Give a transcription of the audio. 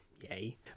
yay